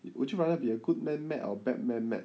would you rather be a good man mad or bad man mad